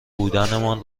بودنمان